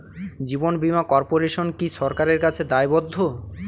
জীবন বীমা কর্পোরেশন কি সরকারের কাছে দায়বদ্ধ?